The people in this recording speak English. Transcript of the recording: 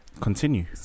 continue